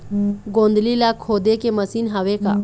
गोंदली ला खोदे के मशीन हावे का?